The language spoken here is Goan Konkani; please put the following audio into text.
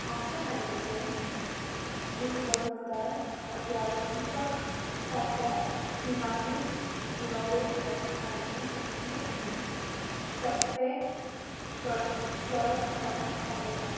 आमचे हालींचे गुंतवणूकदार अध्यावंतक फाटल्या तिमाहीत इनोवेट हब हांची सिद्धी आनी टप्पे टळ टळकपणांत दाखयता